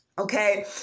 Okay